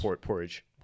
porridge